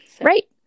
Right